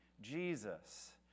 Jesus